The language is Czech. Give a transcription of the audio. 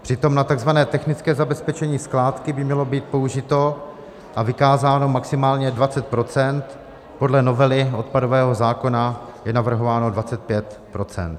Přitom na takzvané technické zabezpečení skládky by mělo být použito a vykázáno maximálně 20 %, podle novely odpadového zákona je navrhováno 25 %.